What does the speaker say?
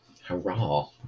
Hurrah